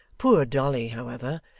poor dolly, however,